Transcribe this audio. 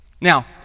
Now